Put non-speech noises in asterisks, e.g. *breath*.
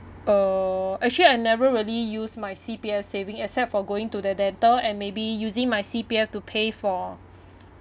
uh actually I never really use my C_P_F saving except for going to the dental and maybe using my C_P_F to pay for *breath*